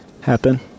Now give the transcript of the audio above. happen